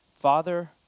Father